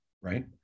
right